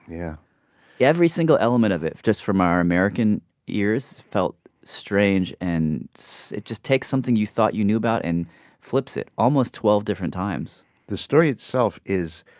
yeah every single element of it, just from our american ears, felt strange and so it just takes something you thought you knew about and flips it, almost twelve different times the story itself is,